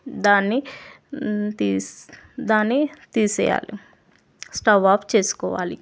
దాన్ని తీసి దాన్ని తీసేయ్యాలి స్టవ్ ఆఫ్ చేసుకొవాలి